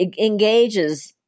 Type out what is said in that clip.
engages